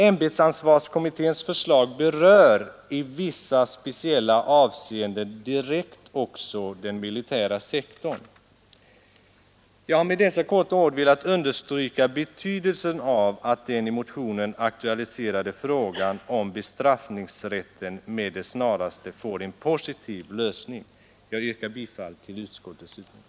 Ämbetsansvarskommitténs förslag berör i vissa speciella avseenden direkt också den militära sektorn. Jag har med dessa få ord velat understryka betydelsen av att den i motionen aktualiserade frågan om bestraffningsrätten med det snaraste får en positiv lösning. Jag yrkar bifall till utskottets hemställan.